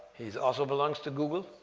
he also belongs to google,